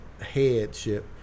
headship